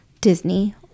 Disney